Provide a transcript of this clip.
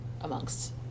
amongst